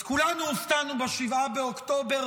אז כולנו הופתענו ב-7 באוקטובר,